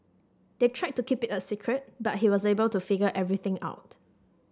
they tried to keep it a secret but he was able to figure everything out